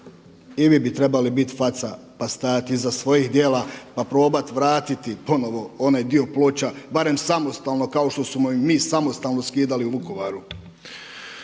i vi bi trebali biti faca pa stajati iza svojih djela pa probati vratiti ponovo onaj dio ploča barem samostalno kao što smo ih mi samostalno skidali u Vukovaru.